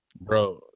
bro